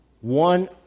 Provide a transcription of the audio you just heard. one